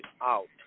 out